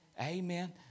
Amen